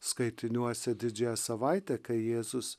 skaitiniuose didžiąją savaitę kai jėzus